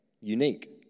unique